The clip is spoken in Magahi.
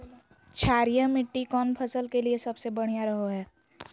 क्षारीय मिट्टी कौन फसल के लिए सबसे बढ़िया रहो हय?